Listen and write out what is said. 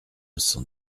cent